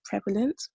prevalent